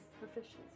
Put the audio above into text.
proficiency